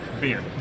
beer